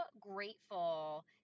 grateful